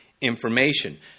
information